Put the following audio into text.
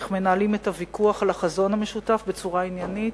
איך מנהלים את הוויכוח על החזון המשותף בצורה עניינית